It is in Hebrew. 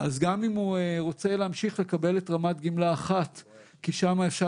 גם אם הוא רוצה להמשיך לקבל את רמת גמלה 1 כי שם אפשר